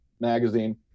magazine